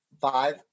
Five